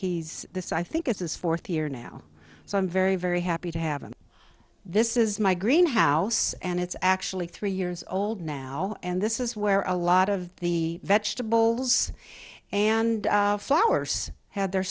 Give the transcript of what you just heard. he's this i think it's his fourth year now so i'm very very happy to have him this is my greenhouse and it's actually three years old now and this is where a lot of the vegetables and flowers had their